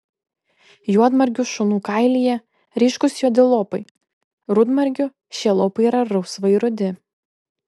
juodmargių šunų kailyje ryškūs juodi lopai rudmargių šie lopai yra rausvai rudi